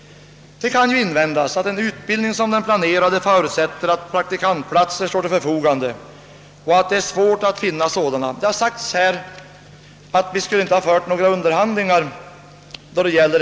Det kan invändas, att en utbildning som den planerade förutsätter att praktikantplatser står till förfogande och att det är svårt ati få sådana. Det har sagts i debatten, att vi inte skulle ha fört några underhandlingar i detta avseende.